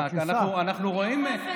מה, אנחנו רואים, בכניסה.